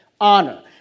Honor